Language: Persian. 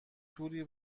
توری